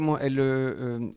elle